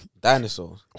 Dinosaurs